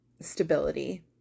stability